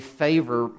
favor